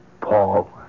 Paul